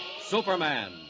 Superman